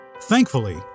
Thankfully